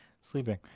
sleeping